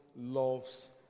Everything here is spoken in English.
loves